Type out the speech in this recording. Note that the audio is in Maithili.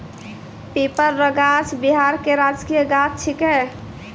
पीपर रो गाछ बिहार के राजकीय गाछ छिकै